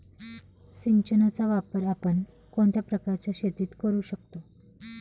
सिंचनाचा वापर आपण कोणत्या प्रकारच्या शेतीत करू शकतो?